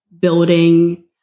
building